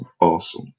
awesome